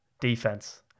defense